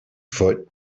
foot